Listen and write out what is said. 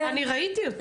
אני ראיתי אותו.